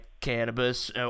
cannabis